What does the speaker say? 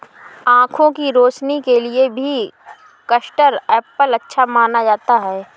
आँखों की रोशनी के लिए भी कस्टर्ड एप्पल अच्छा माना जाता है